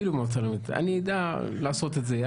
אני אדע לעשות את זה.